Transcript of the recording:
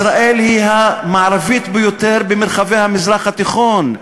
ישראל היא המערבית ביותר במרחבי המזרח התיכון.